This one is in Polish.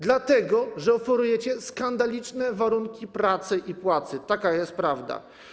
Dlatego że oferujecie skandaliczne warunki pracy i płacy, taka jest prawda.